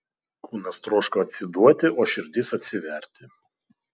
kūnas troško atsiduoti o širdis atsiverti